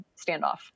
standoff